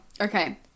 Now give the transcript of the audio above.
okay